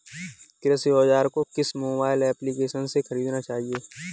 कृषि औज़ार को किस मोबाइल एप्पलीकेशन से ख़रीदना चाहिए?